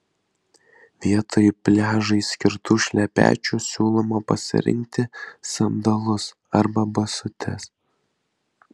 vietoj pliažui skirtų šlepečių siūloma pasirinkti sandalus arba basutes